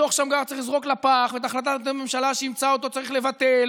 את דוח שמגר צריך לזרוק לפח ואת החלטת הממשלה שאימצה אותו צריך לבטל.